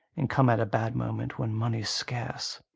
and come at a bad moment, when money's scarce.